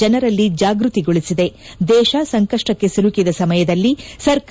ಜನರಲ್ಲಿ ಜಾಗೃತಿಗೊಳಿಸಿದೆ ದೇಶ ಸಂಕಷ್ಟಕ್ಕೆ ಸಿಲುಕಿದ ಸಮಯದಲ್ಲಿ ಸರ್ಕಾರ